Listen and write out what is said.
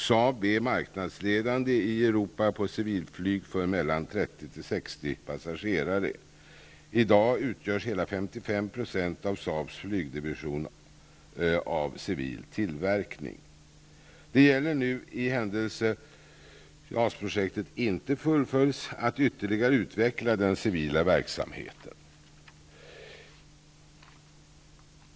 SAAB är marknadsledande i Europa för civilflyg för 30-- 60 passagerare. I dag utgörs hela 55 % av SAAB:s flygdivision av civil tillverkning. Det gäller nu -- i händelse att JAS-projektet inte fullföljs -- att ytterligare utveckla den civila verksamheten.